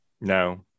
No